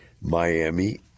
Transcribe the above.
Miami